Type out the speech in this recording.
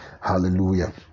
hallelujah